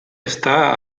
està